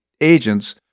agents